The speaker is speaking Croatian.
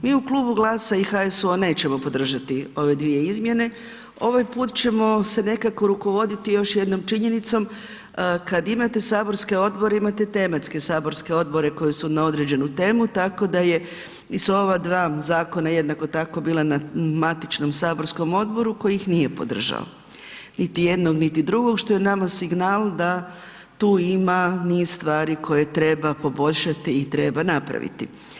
Mi u klubu GLAS-a i HSU-a nećemo podržati ove dvije izmjene, ovaj put ćemo se nekako rukovoditi još jednom činjenicom kad imate saborske odbore imate tematske saborske odbore koji su na određenu temu tako da je i s ova dva zakona jednako tako bila na matičnom saborskom odboru koji ih nije podržao, niti jednog niti drugog što je nama signal da tu ima niz stvari koje treba poboljšati i koje treba napraviti.